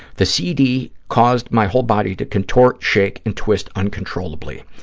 the cd caused my whole body to contort, shake and twist uncontrollably.